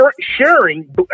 sharing